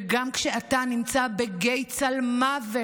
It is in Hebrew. וגם כשאתה נמצא בגיא צלמוות,